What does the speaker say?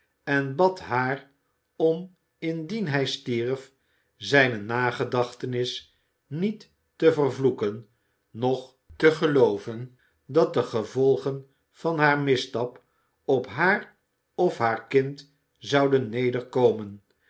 en bad haar om indien hij stierf zijne nagedachtenis niet te vervloeken noch te gelooven dat de gevolgen van haar misstap op haar of haar kind zouden